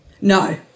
No